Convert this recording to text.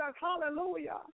Hallelujah